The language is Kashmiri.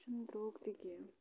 یہُِ چھُنہٕ درٛوگ تہِ کینٛہہ